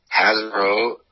Hasbro